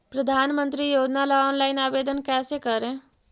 प्रधानमंत्री योजना ला ऑनलाइन आवेदन कैसे करे?